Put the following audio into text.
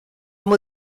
muy